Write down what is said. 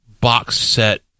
box-set